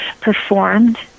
performed